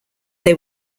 they